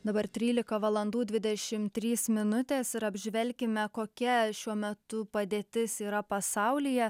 dabar trylika valandų dvidešimt trys minutės ir apžvelkime kokia šiuo metu padėtis yra pasaulyje